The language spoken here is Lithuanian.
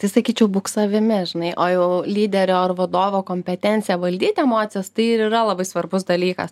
tai sakyčiau būk savimi žinai o jau lyderio ar vadovo kompetencija valdyt emocijas tai ir yra labai svarbus dalykas